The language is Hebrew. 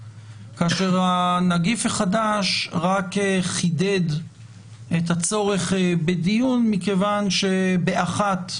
כאשר הנגיף החדש רק חידד את הצורך בדיון מכיוון שבאחת,